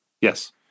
Yes